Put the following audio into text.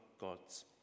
gods